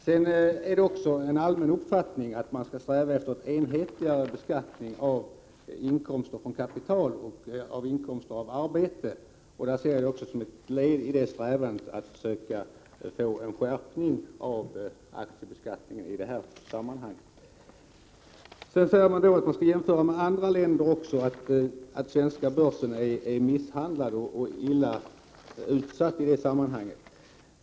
Sedan är det en allmän uppfattning att man skall sträva efter en enhetligare beskattning av inkomster av kapital och arbete. Detta är att se som ett led i strävandena att få till stånd en skärpning av aktiebeskattningen i det här sammanhanget. Vidare sägs det att man skall jämföra med andra länder och att den svenska börsen är misshandlad och mycket utsatt i detta sammanhang.